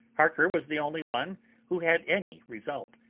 harker was the only one who had any result,